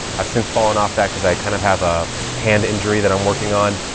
i've since fallen off that cause i kind of have a hand injury that i'm working on.